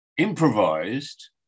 improvised